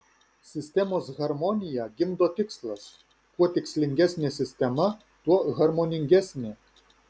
sistemos harmoniją gimdo tikslas kuo tikslingesnė sistema tuo harmoningesnė